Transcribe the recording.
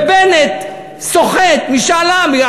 ובנט סוחט משאל עם.